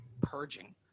purging